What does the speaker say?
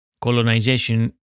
Colonization